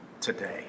Today